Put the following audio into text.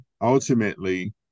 ultimately